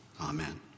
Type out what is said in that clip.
Amen